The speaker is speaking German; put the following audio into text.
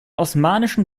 osmanischen